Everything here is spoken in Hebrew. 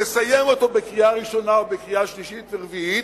תסיים אותו בקריאה ראשונה ובקריאה שלישית ורביעית,